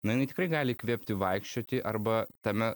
na jinai tikrai gali įkvėpti vaikščioti arba tame